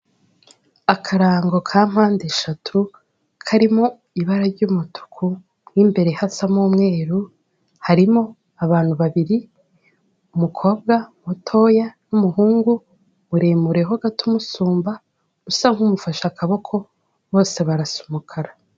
Akarango ka mpandeshatu karimo ibara ry'umutuku n'imbere hasamo umweru harimo abantu babiri umukobwa butoya n'umuhungu muremure ho gato umusumba usa nk'umufashe akaboko bose barasa umukara.